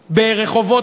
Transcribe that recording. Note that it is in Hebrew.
השמונה-עשרה.